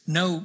no